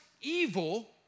evil